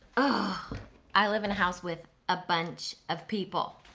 ah i live in a house with a bunch of people.